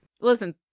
Listen